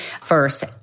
first